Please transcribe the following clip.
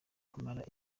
kumara